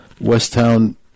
Westtown